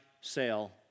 sale